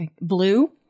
blue